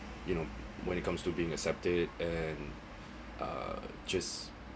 you know when it comes to being accepted and err just